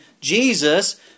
Jesus